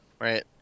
Right